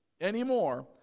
anymore